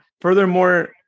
Furthermore